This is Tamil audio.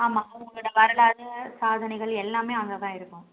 ஆமாம் அவங்களோட வரலாறு சாதனைகள் எல்லாமே அங்கே தான் இருக்கும்